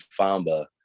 Famba